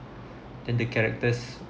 then the characters